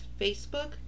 Facebook